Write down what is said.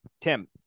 Tim